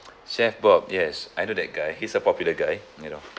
chef bob yes I know that guy he's a popular guy you know